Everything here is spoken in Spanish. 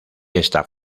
está